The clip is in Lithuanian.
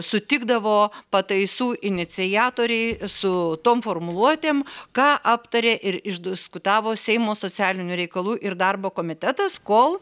sutikdavo pataisų iniciatorei su tom formuluotėm ką aptarė ir išdiskutavo seimo socialinių reikalų ir darbo komitetas kol